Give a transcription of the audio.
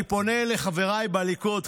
אני פונה לחבריי בליכוד,